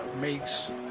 makes